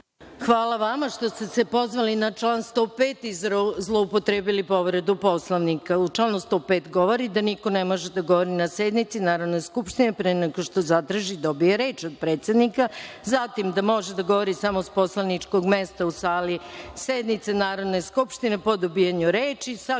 Hvala vama što ste se pozvali na član 105. i zloupotrebili povredu Poslovnika. Član 105. govori da niko ne može da govori na sednici Narodne skupštine pre nego što zatraži i dobije reč od predsednika, zatim da može da govori samo sa poslaničkog mesta u sali sednice Narodne skupštine po dobijanju reči, sa govornice